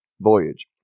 voyage